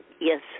Yes